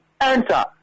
enter